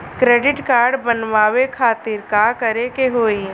Credit card बनवावे खातिर का करे के होई?